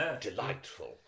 delightful